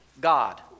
God